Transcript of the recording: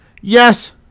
yes